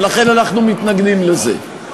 ולכן אנחנו מתנגדים לזה,